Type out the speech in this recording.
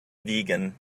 vegan